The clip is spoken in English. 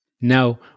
Now